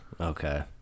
Okay